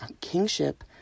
kingship